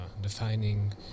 defining